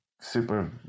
super